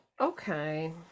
okay